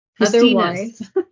Otherwise